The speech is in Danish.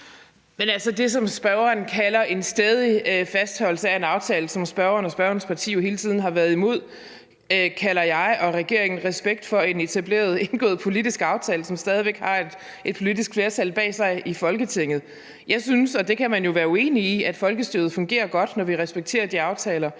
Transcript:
det, som spørgeren kalder en stædig fastholdelse af en aftale, som spørgeren og spørgerens parti jo hele tiden har været imod, kalder jeg og regeringen respekt for en etableret indgået politisk aftale, som stadig væk har et politisk flertal bag sig i Folketinget. Jeg synes – og det kan man jo være uenig i – at folkestyret fungerer godt, når vi respekterer de aftaler,